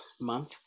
Month